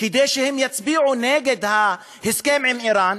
כדי שהם יצביעו נגד ההסכם עם איראן.